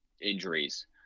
Injuries